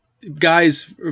guys